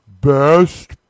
best